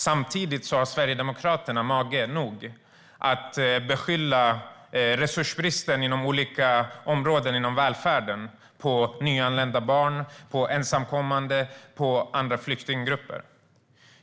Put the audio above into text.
Samtidigt har Sverigedemokraterna mage att skylla resursbristen inom olika områden i välfärden på nyanlända barn, ensamkommande och andra flyktinggrupper.